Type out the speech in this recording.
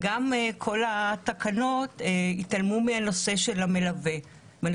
כל התקנות התעלמו מהנושא של המלווה ואני